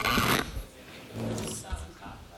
אתה